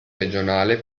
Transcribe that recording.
regionale